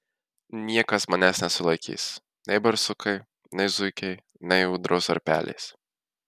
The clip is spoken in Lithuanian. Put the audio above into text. niekas manęs nesulaikys nei barsukai nei zuikiai nei ūdros ar pelės